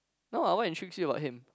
no ah what intrigues you about him